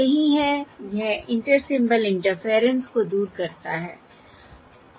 यही है यह इंटर सिंबल इंटरफेरेंस को दूर करता है